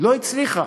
לא הצליחה.